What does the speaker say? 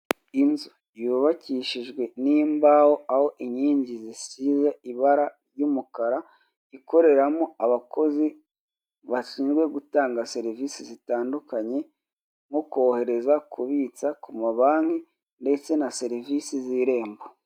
Inzu yubakishijwe n'imbaho, aho inkingi zisize ibara ry'umukara, ikoreramo abakozi bashinzwe gutanga serivisi zitandukanye nko kohereza, kubitsa ku ma banki ndetse na serivisi z'irembo.